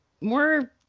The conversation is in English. more